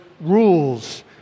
rules